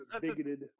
bigoted